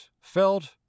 felt